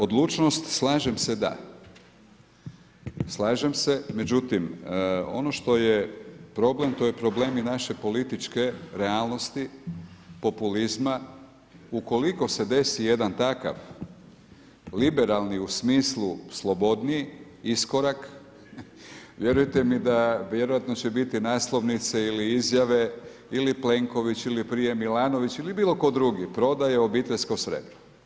Odlučnost, slažem se da, slažem se, međutim, ono što je problem, to je problem naše političke realnosti, populizma, ukoliko se desi jedan takav, liberalan u smislu slobodniji iskorak, vjerujte mi da, vjerojatno će biti naslovnice ili izjave ili Plenković ili prije Milanović ili bilo tko drugi prodaje obiteljsko srebro.